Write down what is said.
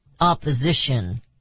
Opposition